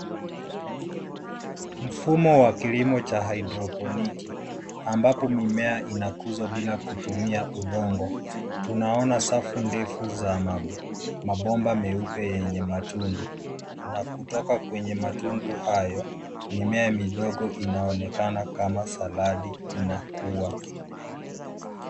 Mfumo wakilimo cha haidroponiki, ambapo mimea inakuzo bila kutumia udongo, tunaona safu ndefu za mabomba meupe yenye matundu, na kutoka kwenye matundu hayo, mimea midogo inaonekana kama saladi inakuwa.